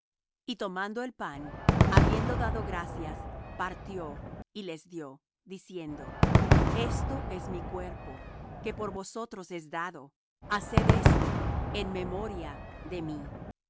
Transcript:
y tomando el pan habiendo dado gracias partió y les dió diciendo esto es mi cuerpo que por vosotros es dado haced esto en memoria de mí